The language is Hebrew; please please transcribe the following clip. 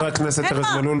חבר הכנסת ארז מלול,